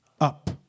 up